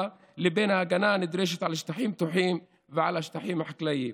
לבין ההגנה הנדרשת על שטחים פתוחים ועל השטחים החקלאיים.